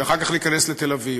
ואחר כך להיכנס לתל-אביב,